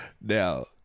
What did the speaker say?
Now